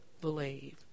believe